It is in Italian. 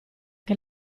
che